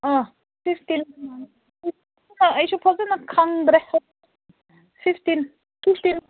ꯑꯥ fifteen ꯑꯩꯁꯨ ꯐꯖꯅ ꯈꯪꯗ꯭ꯔꯦ ꯐꯤꯞꯇꯤꯟ ꯐꯤꯞꯇꯤꯟ